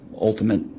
ultimate